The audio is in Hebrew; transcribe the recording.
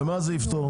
במה זה יפתור?